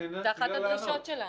זו אחת הדרישות שלנו.